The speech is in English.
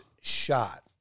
shot